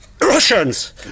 Russians